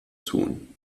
tun